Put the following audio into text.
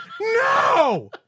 no